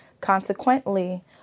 Consequently